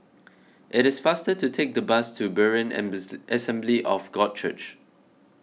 it is faster to take the bus to Berean Assembly of God Church